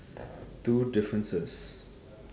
two differences